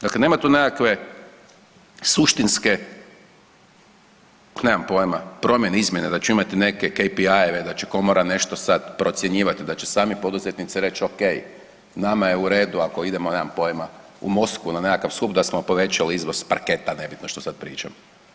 Dakle, nema tu nekakve suštinske nemam pojma promjene, izmjene da će imati nekakve … da će komora nešto sada procjenjivati, da će sami poduzetnici reći ok nama je u redu ako idemo, nemam pojma u Moskvu na nekakav skup da smo povećali izvoz parketa, nebitno što sada pričam.